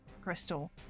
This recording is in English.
crystal